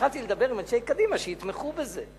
והתחלתי לדבר עם אנשי קדימה שיתמכו בזה.